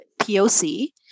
POC